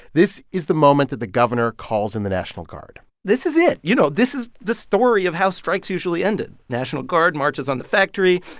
this is the moment that the governor calls in the national guard this is it. you know, this is the story of how strikes usually ended national guard marches on the factory,